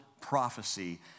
prophecy